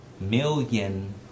million